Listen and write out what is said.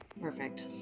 Perfect